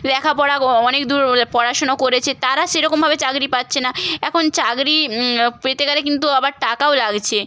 লেখাপড়া ক্ অ অনেক দূর পড়াশুনো করেছে তারা সেরকমভাবে চাকরি পাচ্ছে না এখন চাকরি পেতে গেলে কিন্তু আবার টাকাও লাগছে